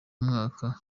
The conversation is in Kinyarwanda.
mwaka